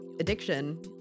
addiction